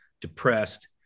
depressed